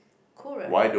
cool right